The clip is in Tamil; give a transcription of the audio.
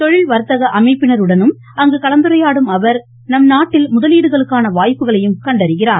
தொழில் வர்த்தக அமைப்பினருடனும் அங்கு கலந்துரையாடும் அவர் நம்நாட்டில் முதலீடுகளுக்கான வாய்ப்புகளையும் கண்டறிகிறார்